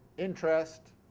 interest,